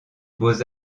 beaux